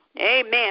Amen